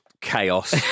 chaos